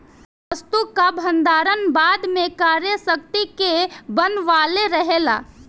वस्तु कअ भण्डारण बाद में क्रय शक्ति के बनवले रहेला